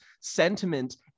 sentiment